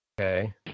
Okay